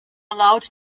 allowed